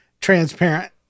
transparent